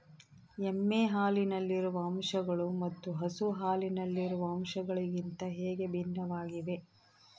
ಎಮ್ಮೆ ಹಾಲಿನಲ್ಲಿರುವ ಅಂಶಗಳು ಮತ್ತು ಹಸು ಹಾಲಿನಲ್ಲಿರುವ ಅಂಶಗಳಿಗಿಂತ ಹೇಗೆ ಭಿನ್ನವಾಗಿವೆ?